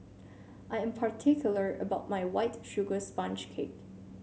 I am particular about my White Sugar Sponge Cake